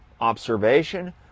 observation